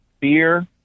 fear